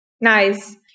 Nice